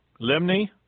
Limni